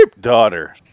daughter